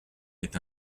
est